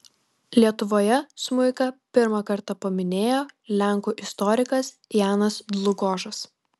lietuvoje smuiką pirmą kartą paminėjo lenkų istorikas janas dlugošas